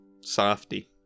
Softy